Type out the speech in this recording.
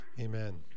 Amen